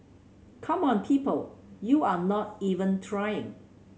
come on people you're not even try